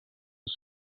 was